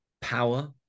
power